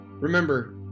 Remember